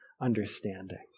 understanding